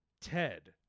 Ted